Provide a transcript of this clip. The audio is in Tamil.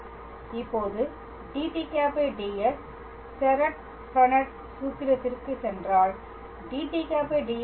இப்போது dt̂ds செரெட் ஃபிரெனெட் சூத்திரத்திற்குச் சென்றால் dt̂ds κn̂ ஆகும்